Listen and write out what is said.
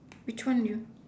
which one you